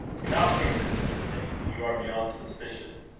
do not hint at such a thing. you are beyond suspicion.